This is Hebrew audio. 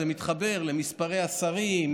זה מתחבר למספרי השרים,